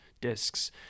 disks